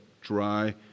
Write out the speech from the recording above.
dry